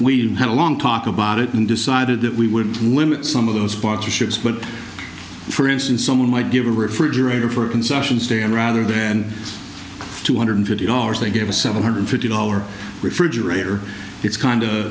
we had a long talk about it and decided that we would limit some of those boxes ships but for instance someone might give a refrigerator for a concession stand rather than two hundred fifty dollars they gave us seven hundred fifty dollars refrigerator it's kind